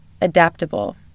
adaptable